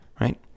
right